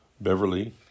Beverly